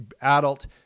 adult